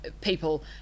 people